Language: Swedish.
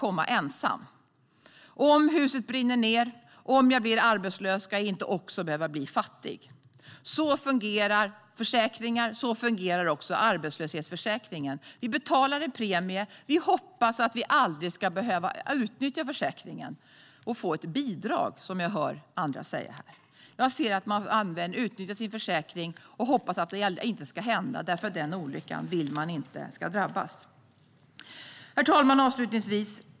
Om huset brinner ned eller om jag blir arbetslös ska jag inte också behöva bli fattig. Så fungerar försäkringar, och så fungerar också arbetslöshetsförsäkringen. Vi betalar en premie och hoppas att vi aldrig ska behöva utnyttja försäkringen och få ett "bidrag", som jag hör andra kalla det. Man utnyttjar sin försäkring men hoppas på att inte drabbas av olyckan. Herr talman!